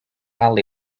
ali